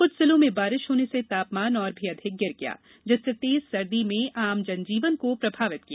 कुछ जिलों में बारिश होने से तापमान और भी अधिक गिर गया जिससे तेज सर्दी में आम जन जीवन को प्रभावित किया